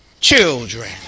children